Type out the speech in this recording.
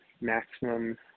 maximum